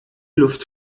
luft